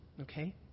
Okay